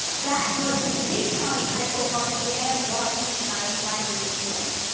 that was the lee county high school marching band brought to you tonight by regions bank.